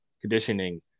conditioning